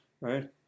right